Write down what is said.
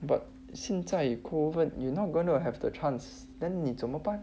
but 现在 COVID you're not gonna will have the chance then 你怎么办